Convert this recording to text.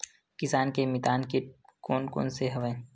किसान के मितान कीट कोन कोन से हवय?